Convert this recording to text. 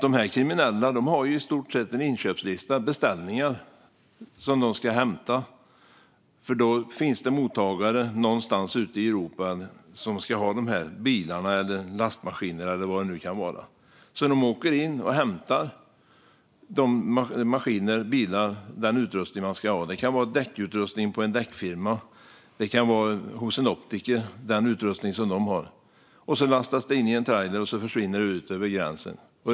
De kriminella har i stort sett en lista med beställningar som de ska hämta. Någonstans ute i Europa finns mottagare som ska ha de här bilarna, lastmaskinerna eller vad det nu kan vara. Man åker in och hämtar maskiner, bilar och den utrustning man ska ha - det kan vara däckutrustning på en däckfirma eller optikerutrustning - och så lastas det in i en trailer och försvinner ut över gränsen.